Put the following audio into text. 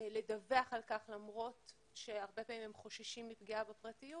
- לדווח על כך למרות שהרבה פעמים הם חוששים מפגיעה בפרטיות